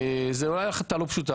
זו אולי החלטה לא פשוטה,